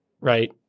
right